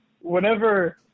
whenever